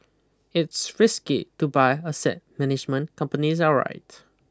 it's risky to buy asset management companies outright